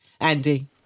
Andy